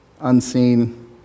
unseen